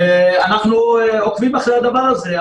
ואנחנו עוקבים אחרי הדבר הזה.